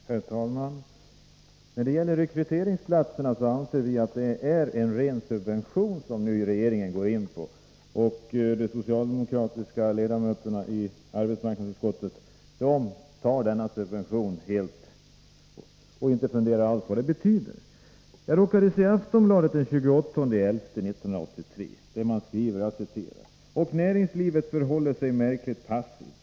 Herr talman! Regeringens förslag om rekryteringsplatser anser vi vara ren subvention. De socialdemokratiska ledamöterna i arbetsmarknadsutskottet accepterar denna subvention utan att fundera över vad den innebär. Jag råkade se en artikel i Aftonbladet den 28 november. Där skriver man: ”Och näringslivet förhåller sig märkligt passivt.